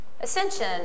Ascension